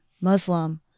Muslim